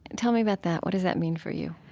and tell me about that. what does that mean for you?